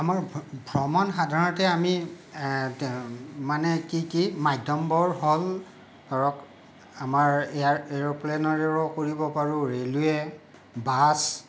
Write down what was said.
আমাৰ ভ্ৰ ভ্ৰমণ সাধাৰণতে আমি মানে কি কি মাধ্যমবোৰ হ'ল ধৰক আমাৰ এয়াৰ এৰোপ্লেনেৰেও কৰিব পাৰোঁ ৰেলৱে বাছ